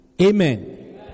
Amen